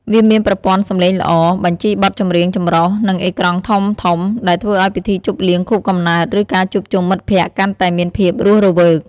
វាមានប្រព័ន្ធសំឡេងល្អ បញ្ជីបទចម្រៀងចម្រុះ និងអេក្រង់ធំៗ ដែលធ្វើឲ្យពិធីជប់លៀងខួបកំណើត ឬការជួបជុំមិត្តភក្តិកាន់តែមានភាពរស់រវើក។